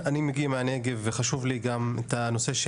אני מגיע מהנגב וחשוב לי גם הנושא של